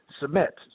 Submit